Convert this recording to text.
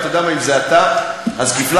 ואתה יודע מה, אם זה אתה, אז כפליים.